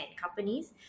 companies